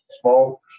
small